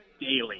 daily